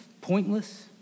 pointless